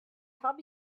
habe